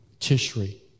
Tishri